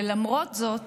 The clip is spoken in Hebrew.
ולמרות זאת